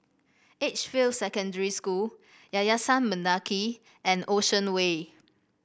Edgefield Secondary School Yayasan Mendaki and Ocean Way